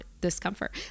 discomfort